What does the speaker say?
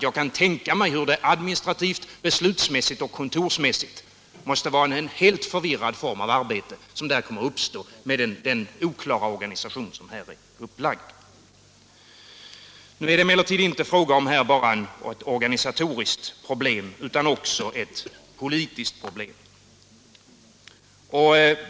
Jag kan tänka mig att det administrativt, beslutsmässigt och kontorsmässigt måste bli en helt förvirrad form av arbete som kommer att bedrivas med den oklara organisation som läggs upp här. Nu är det emellertid inte bara fråga om ett organisatoriskt problem utan också om ett politiskt.